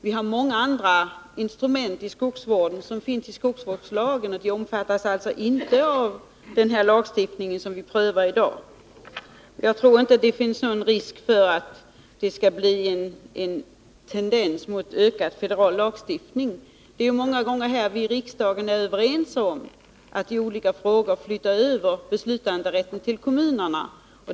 Vi har många andra instrument i skogsvården, som finns i skogsvårdslagen, och de omfattas alltså inte av den lagstiftning som vi skall avgöra i dag. Jag tror inte att det finns någon risk för att det skall bli en tendens mot ökad Nr 49 federal lagstiftning. Det är ju många gånger vi här i riksdagen är överens om Torsdagen den att i olika frågor flytta över beslutanderätten till kommunerna.